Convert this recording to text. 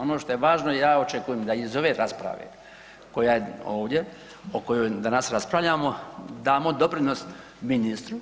Ono što je važno ja očekujem da iz ove rasprave koja je ovdje, o kojoj danas raspravljamo, damo doprinos ministru